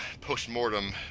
post-mortem